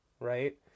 right